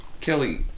Kelly